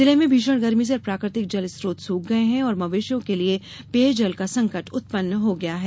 जिले में भीषण गर्मी से प्राकृतिक जल स्त्रोत सूख गये हैं और मवेशियों के लिये पेयजल का संकट उत्पन्न हो गया है